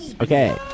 Okay